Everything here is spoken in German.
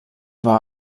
war